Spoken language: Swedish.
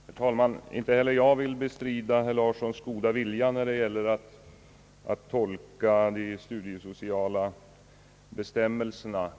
Herr talman! Inte heller jag vill bestrida herr Larssons goda vilja när det gäller att tolka de studiesociala bestämmelserna.